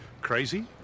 Crazy